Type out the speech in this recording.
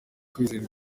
kwizera